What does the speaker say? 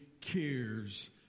cares